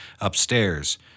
Upstairs